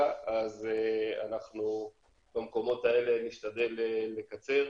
אז אנחנו במקומות האלה נשתדל לקצר.